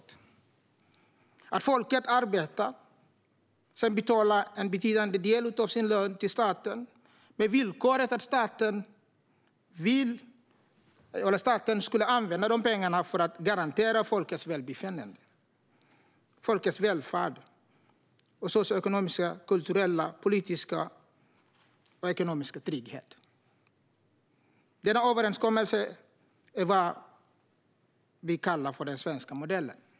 Det handlar om att folket arbetar och sedan betalar en betydande del av sin lön till staten med villkoret att staten använder de pengarna för att garantera folkets välbefinnande, folkets välfärd och socioekonomiska, kulturella, politiska och ekonomiska trygghet. Denna överenskommelse är vad vi kallar den svenska modellen.